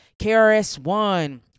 KRS-One